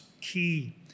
key